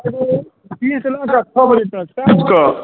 एगो तीन सऽ लए कऽ छओ बजे तक सएह ने